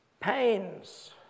Pains